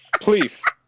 Please